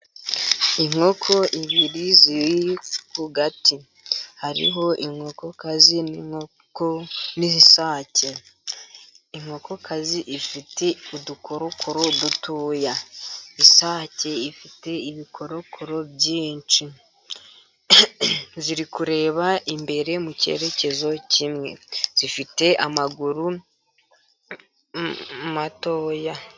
Inkoko ibiri ziri ku gati, hariho inkokokazi n'inkoko z'isake, inkokokazi ifite udukoroko dutoya, isake ifite ibikorokoro byinshi, ziri kureba imbere mu cyerekezo kimwe, zifite amaguru matoya.